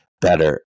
better